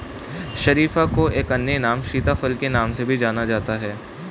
शरीफा को एक अन्य नाम सीताफल के नाम से भी जाना जाता है